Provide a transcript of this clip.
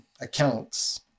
accounts